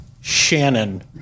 Shannon